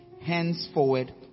henceforward